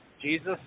Jesus